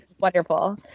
wonderful